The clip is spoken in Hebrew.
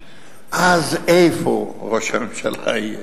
אז, איפה ראש הממשלה יהיה?